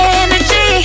energy